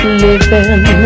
living